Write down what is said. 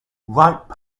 ripe